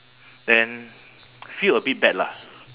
then feel a bit bad lah